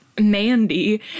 Mandy